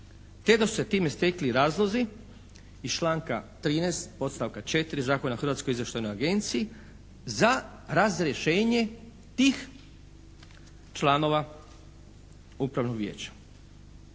te da su se time stekli razlozi iz članka 13. podstavka 4. Zakona o Hrvatskoj izvještajnoj agenciji za razrješenje tih članova Upravnog vijeća.